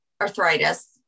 Arthritis